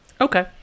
Okay